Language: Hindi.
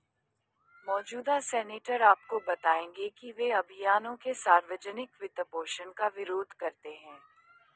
मौजूदा सीनेटर आपको बताएंगे कि वे अभियानों के सार्वजनिक वित्तपोषण का विरोध करते हैं